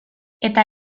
eta